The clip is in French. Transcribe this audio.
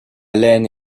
laine